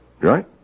Right